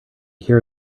hear